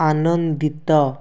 ଆନନ୍ଦିତ